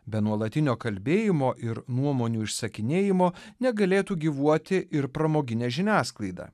be nuolatinio kalbėjimo ir nuomonių išsakinėjimo negalėtų gyvuoti ir pramoginė žiniasklaida